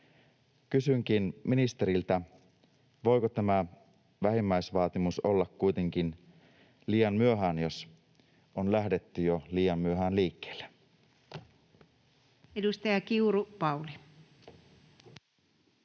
Kysynkin ministeriltä: voiko tämä vähimmäisvaatimus olla kuitenkin liian myöhään, jos on lähdetty jo liian myöhään liikkeelle?